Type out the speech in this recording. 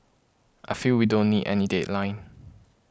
I feel we don't need any deadline